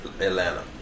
Atlanta